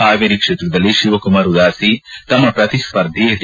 ಹಾವೇರಿ ಕ್ಷೇತ್ರದಲ್ಲಿ ಶಿವಕುಮಾರ್ ಉದಾಸಿ ತಮ್ಮ ಶ್ರತಿಸ್ಪರ್ಧಿ ಡಿ